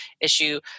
issue